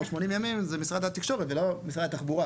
או 80 ימים זה משרד התקשורת ולא משרד התחבורה,